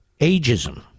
Ageism